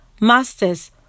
Masters